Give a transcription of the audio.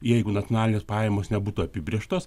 jeigu nacionalinės pajamos nebūtų apibrėžtos